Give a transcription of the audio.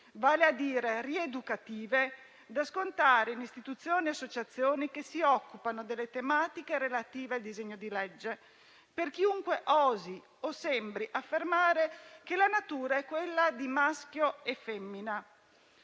vale a dire rieducative, da scontare in istituzioni e associazioni che si occupano delle tematiche relative al disegno di legge per chiunque osi o sembri affermare che la natura è quella di maschio e femmina.